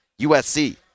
USC